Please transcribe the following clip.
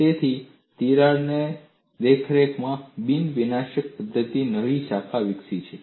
તેથી તિરાડોની દેખરેખમાં બિન વિનાશક પદ્ધતિની નવી શાખા વિકસી છે